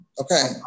Okay